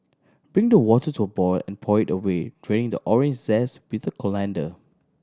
bring the water to a boil and pour it away draining the orange zest with a colander